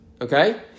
Okay